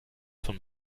von